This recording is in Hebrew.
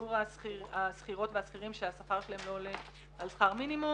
שיעור השכירות והשכירים שהשכר שלהם לא עולה על שכר מינימום.